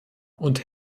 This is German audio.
und